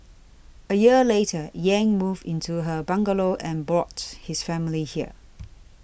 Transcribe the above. a year later Yang moved into her bungalow and brought his family here